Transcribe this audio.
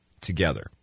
together